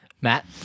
Matt